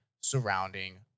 surrounding